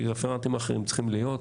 רפרנטים אחרים שצריכים להיות,